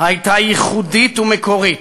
הייתה ייחודית ומקורית,